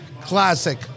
classic